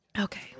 Okay